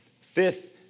Fifth